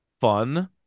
fun